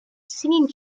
singing